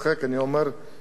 יש שר התקשורת,